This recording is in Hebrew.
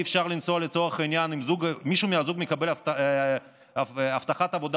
אם מישהו מבני הזוג מקבל הבטחת עבודה